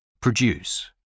Produce